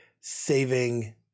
saving